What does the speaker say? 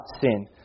sin